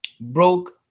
broke